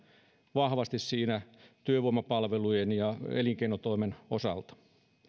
vahvasti työvoimapalvelujen ja elinkeinotoimen osalta